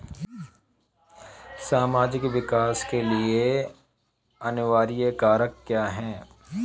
सामाजिक विकास के लिए अनिवार्य कारक क्या है?